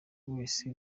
wese